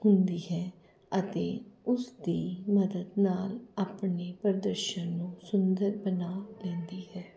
ਹੁੰਦੀ ਹੈ ਅਤੇ ਉਸਦੀ ਮਦਦ ਨਾਲ ਆਪਣੇ ਪ੍ਰਦਰਸ਼ਨ ਨਾਲ ਸੁੰਦਰ ਬਣਾ ਲੈਂਦੀ ਹੈ